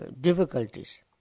difficulties